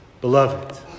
Beloved